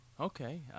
okay